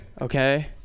Okay